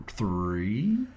Three